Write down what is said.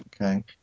Okay